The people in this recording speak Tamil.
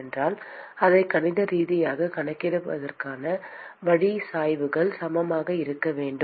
மற்றும் என்றால் அதை கணித ரீதியாக கணக்கிடுவதற்கான வழி சாய்வுகள் சமமாக இருக்க வேண்டும்